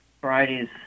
varieties